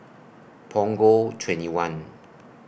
Punggol twenty one